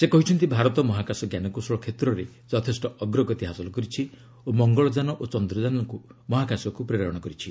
ସେ କହିଛନ୍ତି ଭାରତ ମହାକାଶ ଜ୍ଞାନକୌଶଳ କ୍ଷେତ୍ରରେ ଯଥେଷ୍ଟ ଅଗ୍ରଗତି ହାସଲ କରିଛି ଓ ମଙ୍ଗଳଯାନ ଓ ଚନ୍ଦ୍ରଯାନକୁ ମହାକାଶକୁ ପ୍ରେରଣ କରିଛି